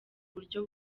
buryo